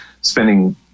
spending –